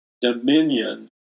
dominion